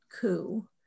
coup